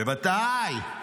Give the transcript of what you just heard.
בוודאי.